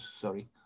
sorry